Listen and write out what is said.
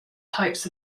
types